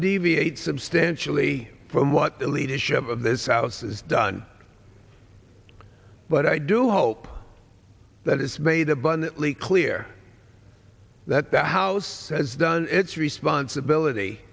deviate substantially from what the leadership of this house has done but i do hope that it's made abundantly clear that the house has done its responsibility